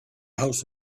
house